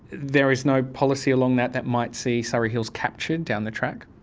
there is no policy along that that might see surry hills captured down the track?